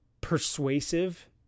persuasive